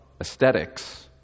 aesthetics